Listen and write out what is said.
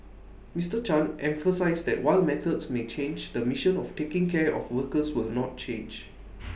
Mr chan emphasised that while methods may change the mission of taking care of workers will not change